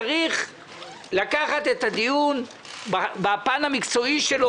צריך לקחת את הדיון בפן המקצועי שלו,